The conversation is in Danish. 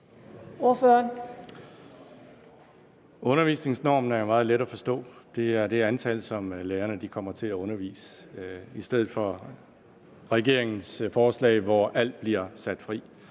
Undervisningsnormen er jo meget let at forstå. Det er det antal timer, som lærerne kommer til at undervise, i stedet for at det er som i regeringens forslag, hvor alt bliver sat fri.